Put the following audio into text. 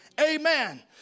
Amen